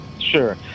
sure